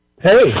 Hey